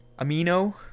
amino